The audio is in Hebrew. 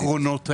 בעקרונות האלה.